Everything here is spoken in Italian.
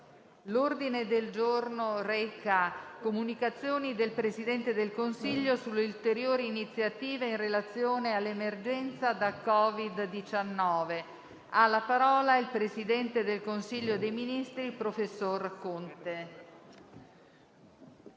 L'ordine del giorno reca: «Comunicazioni del Presidente del Consiglio dei ministri sulle ulteriori iniziative in relazione all'emergenza da Covid-19». Ha facoltà di parlare il presidente del Consiglio dei ministri, professor Conte.